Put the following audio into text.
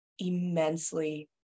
immensely